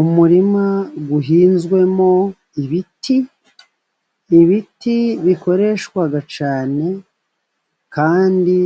Umurima uhinzwemo ibiti. Ibiti bikoreshwa cyane kandi